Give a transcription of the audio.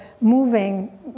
moving